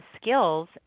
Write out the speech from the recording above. skills